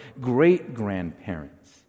great-grandparents